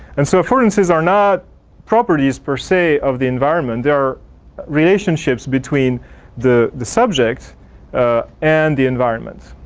and so affordances are not properties per se of the environment. they are relationships between the the subjects ah and the environment.